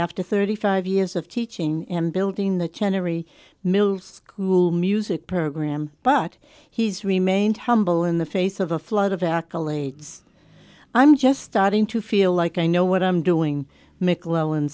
after thirty five years of teaching and building the chant every mill school music program but he's remained humble in the face of a flood of accolades i'm just starting to feel like i know what i'm doing mcclellan